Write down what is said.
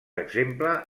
exemple